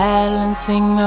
Balancing